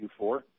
Q4